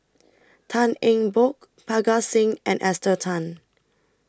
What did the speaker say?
Tan Eng Bock Parga Singh and Esther Tan